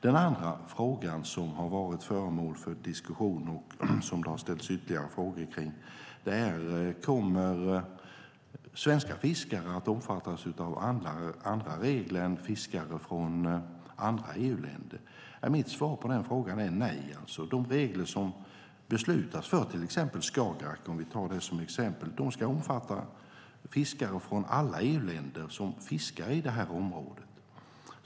Den andra frågan som har varit föremål för diskussion och som det har ställts ytterligare frågor kring är: Kommer svenska fiskare att omfattas av andra regler än fiskare från andra EU-länder? Mitt svar på den frågan är nej. De regler som beslutas för Skagerrak, om vi tar det som exempel, ska omfatta fiskare från alla EU-länder som fiskar i detta område.